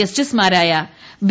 ജസ്റ്റിസുമാരായ ബി